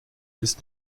ist